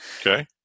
Okay